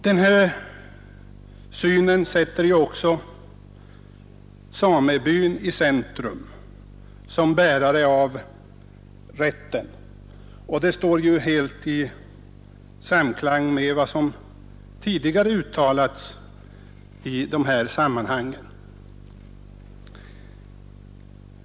Den synen sätter också samebyn i centrum som bärare av rätten, och detta står helt i samklang med vad som tidigare har uttalats i de här sammanhangen.